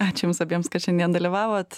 ačiū jums abiems kad šiandien dalyvavot